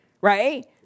right